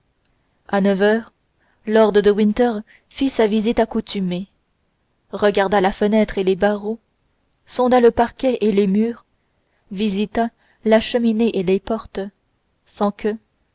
à neuf heures lord de winter fit sa visite accoutumée regarda la fenêtre et les barreaux sonda le parquet et les murs visita la cheminée et les portes sans que